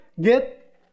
get